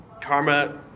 karma